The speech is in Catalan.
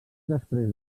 després